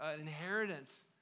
inheritance